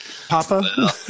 papa